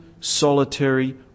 solitary